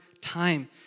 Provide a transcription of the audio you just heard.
time